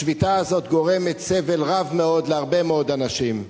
השביתה הזאת גורמת סבל רב מאוד להרבה מאוד אנשים.